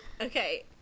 Okay